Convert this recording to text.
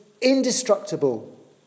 indestructible